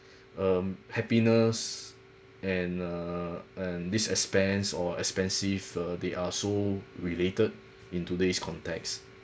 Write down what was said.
um happiness and err and this expense or expensive uh they are so related in today's context